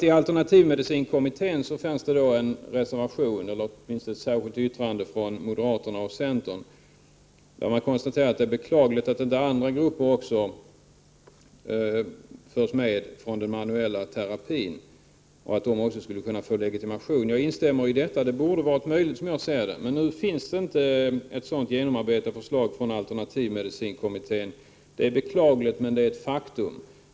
I alternativmedicinkommitténs betänkande finns ett särskilt yttrande från moderaterna och centern, där det konstateras att det är beklagligt att inte andra grupper från den manuella terapin skall kunna få legitimation. Jag instämmer i det. Det borde vara möjligt. Nu finns det inte ett sådant genomarbetat förslag från alternativmedicinkommittén. Det är också beklagligt, men det är ett faktum.